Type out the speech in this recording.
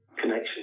connection